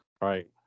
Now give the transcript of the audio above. Right